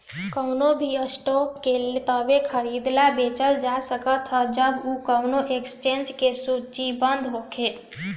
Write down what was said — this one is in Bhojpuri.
कवनो भी स्टॉक के तबे खरीदल बेचल जा सकत ह जब उ कवनो एक्सचेंज में सूचीबद्ध होखे